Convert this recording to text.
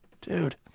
dude